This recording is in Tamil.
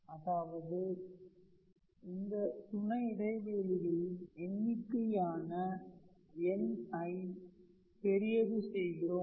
அதாவது இந்த துணை இடைவெளிகளின் எண்ணிக்கையான n ஐ பெரியது செய்கிறோம்